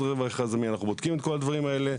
אנחנו בודקים את כל הדברים האלה.